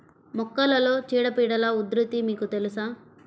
మొక్కలలో చీడపీడల ఉధృతి మీకు తెలుసా?